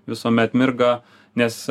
visuomet mirga nes